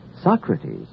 Socrates